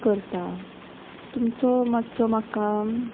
करता तुमचो मातसो म्हाका